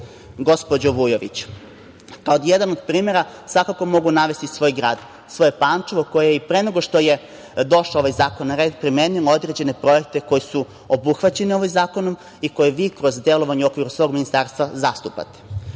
gospođo Vujović. Kao jedan od primera, svakako mogu navesti svoj grad, svoje Pančevo, koje je i pre nego što je došao ovaj zakon na red, primenilo određene projekte koji su obuhvaćeni ovim zakonom i koje vi kroz delovanje u okviru svog ministarstva zastupate.